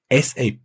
SAP